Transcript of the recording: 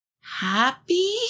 happy